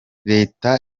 leta